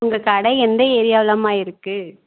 உங்கள் கடை எந்த ஏரியவிலம்மா இருக்குது